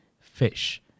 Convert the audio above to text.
fish